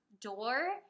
door